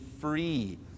free